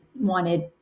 wanted